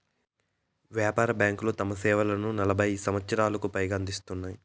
వ్యాపార బ్యాంకులు తమ సేవలను నలభై సంవచ్చరాలకు పైగా అందిత్తున్నాయి